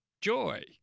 joy